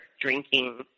drinking